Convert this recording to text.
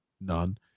None